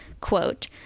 quote